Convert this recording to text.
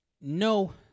No